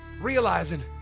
realizing